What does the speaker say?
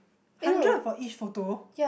hundred for each photo